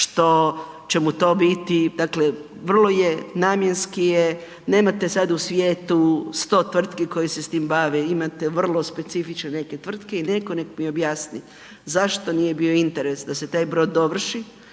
što će mu to biti, dakle, vrlo je namjenski je, nemate sad u svijetu 100 tvrtki koje se s time bave, imate vrlo specifične neke tvrtke i netko neka mi objasni, zašto nije bio interes da se taj brod dovrši